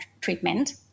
treatment